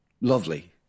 Lovely